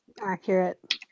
Accurate